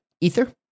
Ether